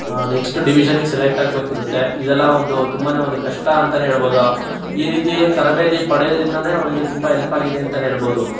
next ಡಿವಿಝನಿಗೆ select ಆಗಬೇಕಿರುತ್ತೆ ಇದೆಲ್ಲ ಒಂದು ತುಂಬಾ ಒಂದು ಕಷ್ಟ ಅಂತಾನೆ ಹೇಳ್ಬೋದು ಈ ರೀತಿ ತರಬೇತಿ ಪಡೆಯೋದ್ರಿಂದಾನೆ ಅವರಿಗೆ ತುಂಬ ಹೆಲ್ಪ್ ಆಗಿದೆ ಅಂತಾನೆ ಹೇಳ್ಬೋದು